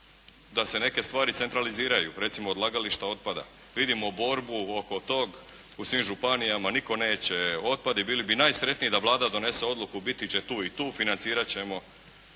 da se neke stvari centraliziraju, recimo odlagališta otpada. Vidimo borbu oko toga u svim županijama, nitko neće otpad i bili bi najsretniji da Vlada donese odluku biti će tu i tu, financirati ćemo